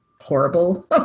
horrible